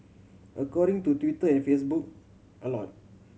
according to Twitter and Facebook a lot